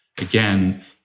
again